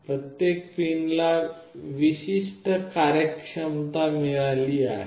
प्रत्येक पिनला विशिष्ट कार्यक्षमता मिळाली आहे